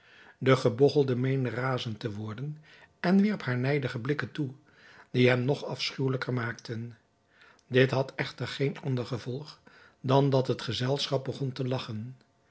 de gebogchelde meende razend te worden en wierp haar nijdige blikken toe die hem nog afschuwelijker maakten dit had echter geen ander gevolg dan dat het gezelschap begon te lagchen